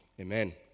amen